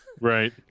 Right